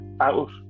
out